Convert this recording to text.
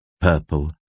purple